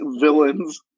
villains